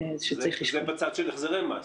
זה בצד של החזרי מס,